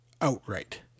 outright